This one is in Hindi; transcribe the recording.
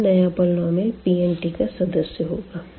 तो यह नया पोलीनोमिअल Pn का सदस्य होगा